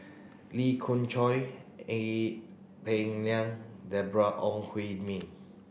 Lee Khoon Choy Ee Peng Liang Deborah Ong Hui Min